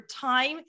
time